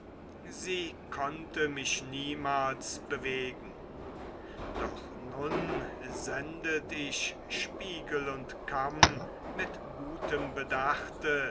sie konnte mich niemals bewegen doch nun sendet ich spiegel und kamm mit gutem bedachte